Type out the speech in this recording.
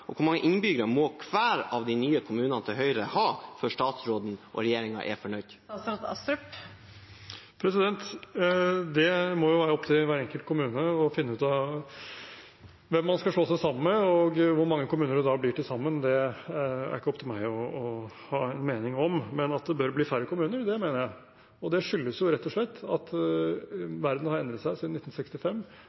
og hvor mange innbyggere må hver av de nye kommunene til Høyre ha før statsråden og regjeringen er fornøyd? Det må være opp til hver enkelt kommune å finne ut av hvem man skal slå seg sammen med, og hvor mange kommuner det da blir til sammen, er ikke opp til meg å ha en mening om. Men at det bør bli færre kommuner, mener jeg. Det skyldes rett og slett at verden har endret seg siden 1965,